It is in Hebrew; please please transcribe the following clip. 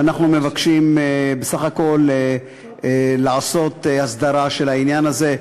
ואנחנו מבקשים בסך הכול לעשות הסדרה של העניין הזה.